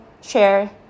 share